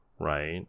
right